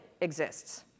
exists